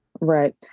right